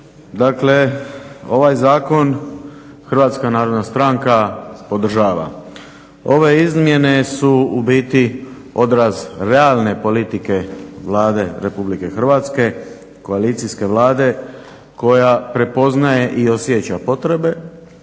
Dakle, ovaj zakon HNS podržava. Ove izmjene su u biti odraz realne politike Vlade RH, koalicijske Vlade koja prepoznaje i osjeća potrebe,